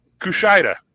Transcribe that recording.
Kushida